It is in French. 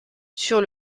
sur